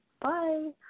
Bye